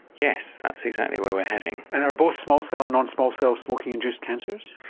yes, that's exactly where we're heading. and are both small cell and non-small cell smoking induced cancers?